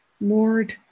Lord